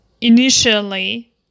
initially